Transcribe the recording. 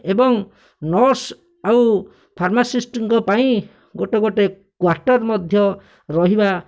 ଏବଂ ନର୍ସ୍ ଆଉ ଫର୍ମାସିଷ୍ଟ୍ଙ୍କ ପାଇଁ ଗୋଟେ ଗୋଟେ କ୍ଵାଟର୍ ମଧ୍ୟ ରହିବା